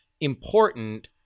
important